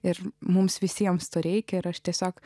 ir mums visiems to reikia ir aš tiesiog